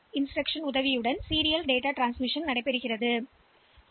எனவே டேட்டாவின் தொடர் பரிமாற்றத்திற்கு இந்த சிம் பயன்படுத்தப்படலாம்